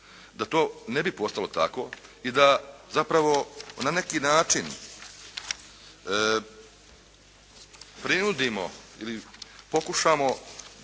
Da to ne bi postalo tako i da zapravo na neki način prinudimo ili pokušamo